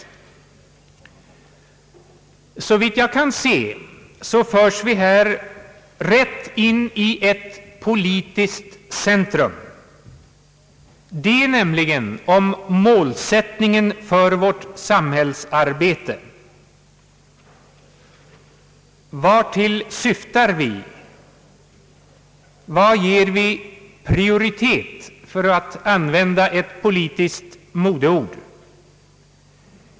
Såvitt jag kan se, förs vi här rätt in i ett politiskt centrum, nämligen själva målsättningen för vårt samhällsarbete. Vartill syftar vi? Vad ger vi prioritet, för att använda ett politiskt modeord?